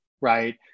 right